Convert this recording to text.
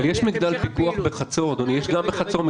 אבל יש מגדל פיקוח גם בחצור,